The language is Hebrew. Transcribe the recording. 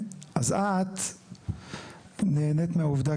אז את נהנית מהעובדה,